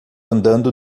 andando